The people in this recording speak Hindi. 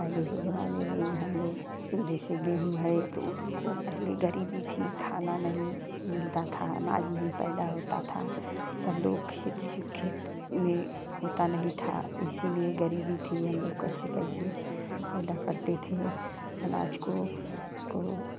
पहले के ज़माने में ही हम लोग जैसे गेहूँ है तो उसको पहले गरीबी थी खाना नहीं मिलता था अनाज नहीं पैदा होता था सब लोग खेत से खेत में होता नहीं था इसलिए गरीबी थी हम लोग कैसे कैसे पैदा करते थे अनाज को उसको